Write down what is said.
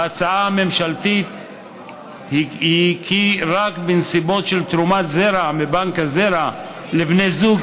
ההצעה הממשלתית היא כי רק בנסיבות של תרומת זרע מבנק הזרע לבני זוג,